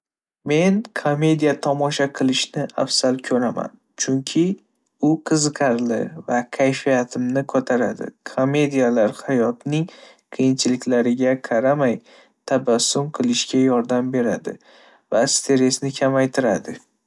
Men komediya tomosha qilishni afzal ko'raman, chunki u qiziqarli va kayfiyatni ko'taradi. Komediyalar hayotning qiyinchiliklariga qaramay, tabassum qilishga yordam beradi va stressni kamaytiradi.